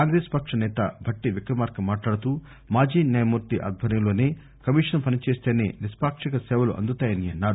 కాంగ్రెస్ పక్ష నేత భట్లి విక్రమార్క మాట్లాడుతూ మాజీ న్యాయమూర్తి ఆధ్వర్యంలోనే కమిషన్ పని చేస్తేనే నిష్పొక్షిక సేవలు అందుతాయని అన్నారు